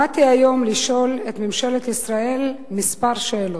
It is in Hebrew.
באתי היום לשאול את ממשלת ישראל כמה שאלות.